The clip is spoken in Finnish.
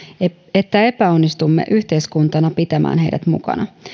että epäonnistumme yhteiskuntana pitämään heidät mukana